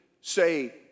say